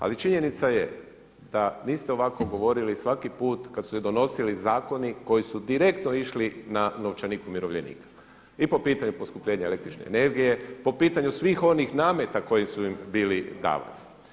Ali činjenica je da niste ovako govorili svaki put kad su se donosili zakoni koji su direktno išli na novčanik umirovljenika i po pitanju poskupljenja električne energije, po pitanju svih onih nameta koji su im bili davani.